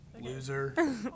Loser